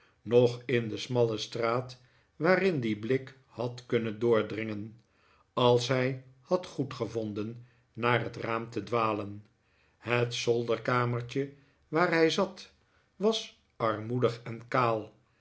noch in de smalle straat waarin die blik had kunnen doordringen als hij had goedgevonden naar het raam te dwalen het zolderkamertje waar hij zat was armoedig en kaal